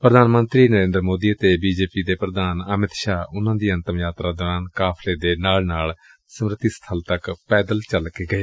ਪ੍ਰਧਾਨ ਮੰਤਰੀ ਨਰੇਂਦਰ ਮੋਦੀ ਅਤੇ ਬੀ ਜੇ ਪੀ ਦੇ ਪ੍ਧਾਨ ਅਮਿਤ ਸ਼ਾਹ ਉਨੂਾਂ ਦੀ ਅੰਤਮ ਯਾਤਰਾ ਦੌਰਾਨ ਕਾਫ਼ਲੇ ਦੇ ਨਾਲ ਨਾਲ ਸਮ੍ਤੀ ਸਬਲ ਤੱਕ ਪੈਦਲ ਚੱਲ ਕੇ ਗਏ